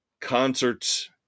concerts